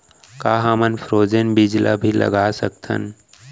का हमन फ्रोजेन बीज ला भी लगा सकथन?